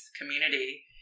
community